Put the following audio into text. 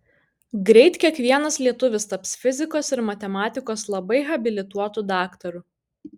greit kiekvienas lietuvis taps fizikos ir matematikos labai habilituotu daktaru